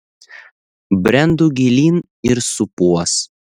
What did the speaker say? brendu gilyn ir supuos